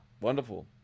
wonderful